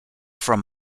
from